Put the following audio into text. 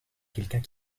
quelqu’un